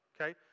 okay